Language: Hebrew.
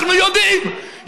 אנחנו יודעים.